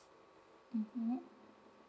mmhmm